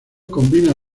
combina